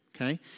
okay